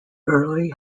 early